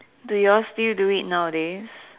do your still do it nowadays